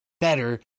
better